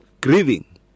grieving